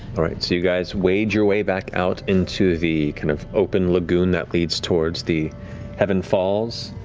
all right, so you guys wade your way back out into the kind of open lagoon that leads towards the heaven falls.